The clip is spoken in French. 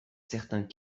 certains